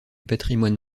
patrimoine